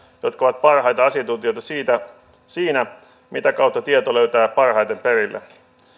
jotka ovat parhaita asiantuntijoita siinä mitä kautta tieto löytää parhaiten perille